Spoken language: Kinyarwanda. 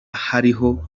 hariho